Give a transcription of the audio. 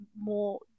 more